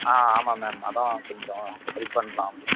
ஆ ஆமாம் மேம் அதுதான் கொஞ்சம் ஹெல்ப் பண்ணலான்னு